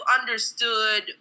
understood